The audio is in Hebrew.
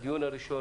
הדיון הראשון,